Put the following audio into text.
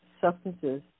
substances